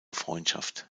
freundschaft